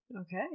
Okay